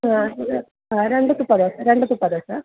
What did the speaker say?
ആ ഒരു രണ്ടൊക്കെ പോരേ രണ്ടൊക്കെ പോരേ സാർ